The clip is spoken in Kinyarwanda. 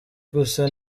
gusa